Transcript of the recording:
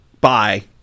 Bye